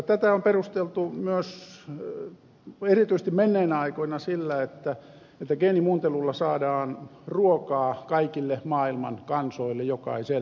tätä on perusteltu myös erityisesti menneinä aikoina sillä että geenimuuntelulla saadaan ruokaa kaikille maailman kansoille jokaiselle